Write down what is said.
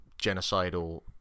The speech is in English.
genocidal